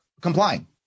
complying